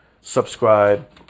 subscribe